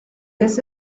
this